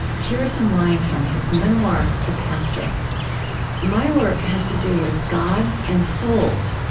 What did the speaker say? here are some lines from his memoir, the pastor my work has to do with god and souls,